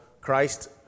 Christ